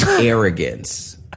arrogance